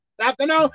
afternoon